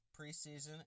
preseason